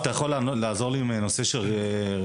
יש מגרשים פנויים שאפשר לעשות בהם אימונים.